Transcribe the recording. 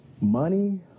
money